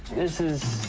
this is.